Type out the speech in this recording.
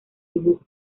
dibujo